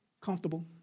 comfortable